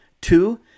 two